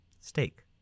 Steak